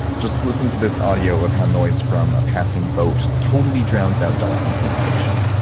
just listen to this audio of how noise from a passing boat totally drowns out dolphin communication.